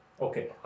Okay